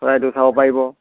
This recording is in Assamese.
চৰাইদেউ চাব পাৰিব